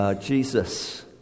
Jesus